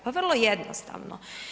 Pa vrlo jednostavno.